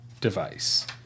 Device